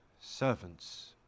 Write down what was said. servants